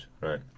right